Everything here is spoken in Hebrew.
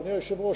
אדוני היושב-ראש,